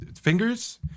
Fingers